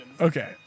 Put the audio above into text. okay